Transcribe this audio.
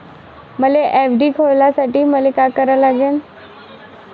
मले एफ.डी खोलासाठी मले का करा लागन?